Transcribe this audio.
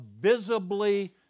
visibly